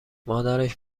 مادرش